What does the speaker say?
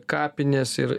kapines ir